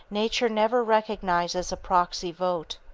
nature never recognizes a proxy vote.